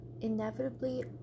inevitably